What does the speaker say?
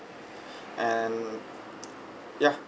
and yeah